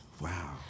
Wow